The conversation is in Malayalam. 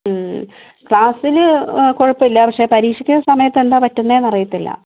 ഉം ക്ലാസ്സിൽ കുഴപ്പമില്ല പക്ഷേ പരീക്ഷയ്ക്ക് സമയത്ത് എന്താണ് പറ്റുന്നത് എന്നറിയത്തില്ല